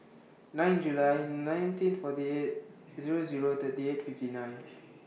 nine July nineteen forty eight Zero Zero thirty eight fifty nine